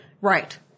right